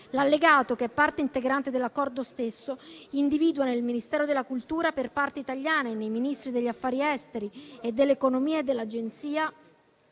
L'Allegato, che è parte integrante dell'Accordo stesso, individua nel Ministero della cultura per parte italiana e nei Ministeri degli affari esteri e dell'economia e nell'Agenzia